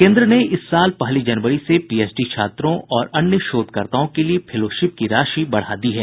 केन्द्र ने इस साल पहली जनवरी से पीएचडी छात्रों और अन्य शोधकर्ताओं के लिए फेलोशिप की राशि बढ़ा दी है